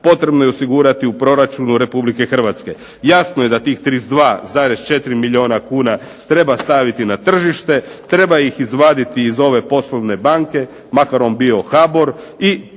potrebno je osigurati u proračunu Republike Hrvatske. Jasno je da tih 32,4 milijuna kuna treba staviti na tržište, treba ih izvaditi iz ove poslovne banke, makar on bio HBOR i